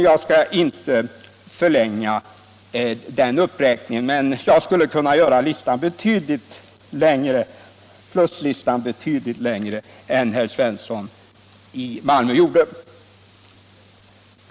Jag skall inte förlänga den uppräkningen, men jag skulle kunna göra pluslistan betydligt längre än vad herr Svensson i Malmö gjorde.